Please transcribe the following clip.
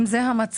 אם זה המצב,